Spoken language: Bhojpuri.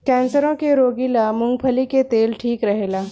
कैंसरो के रोगी ला मूंगफली के तेल ठीक रहेला